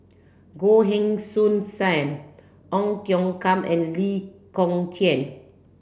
Goh Heng Soon Sam Ong Tiong Khiam and Lee Kong Chian